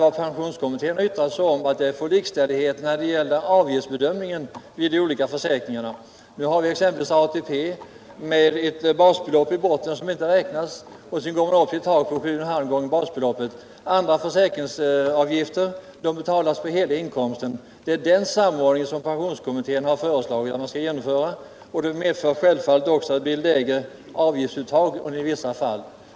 Vad pensionskommittén har yttrat sig om är önskemålet att få likställighet i fråga om avgiftsbedömningen vid de olika försäkringarna. När det gäller ATP har viett basbelopp i botten som inte räknas, och så går man upp till ett tak vid 7,5 gånger basbeloppet. A ndra försäkringsavgifter betalas på hela inkomsten. Det är den samordningen som pensionskommittén har föreslagit att man skall genomföra, och det medför självfallet också att det blir lägre avgiftsuttag i vissa fall.